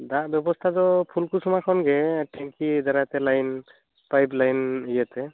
ᱫᱟᱜ ᱵᱮᱵᱚᱥᱛᱟ ᱫᱚ ᱯᱷᱩᱞᱠᱩᱥᱢᱟᱹ ᱠᱷᱚᱱ ᱜᱮ ᱴᱮᱝᱠᱤ ᱫᱟᱨᱟᱭ ᱛᱮ ᱞᱟᱹᱭᱤᱱ ᱯᱟᱹᱭᱤᱯ ᱞᱟᱹᱭᱤᱱ ᱤᱭᱟᱹ ᱛᱮ